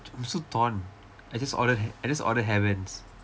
I'm so torn I just order hair I just ordered hair bands